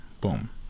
Boom